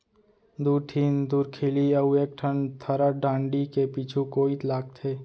दू ठिन धुरखिली अउ एक ठन थरा डांड़ी के पीछू कोइत लागथे